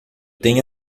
tenho